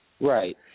Right